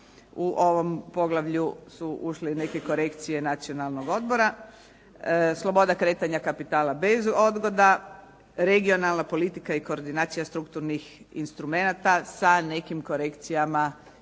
U ovom poglavlju su ušle i neke korekcije Nacionalnog odbora. Sloboda kretanja kapitala bez odgoda, regionalna politika i koordinacija strukturnih instrumenata sa nekim korekcijama